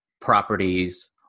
properties